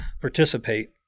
participate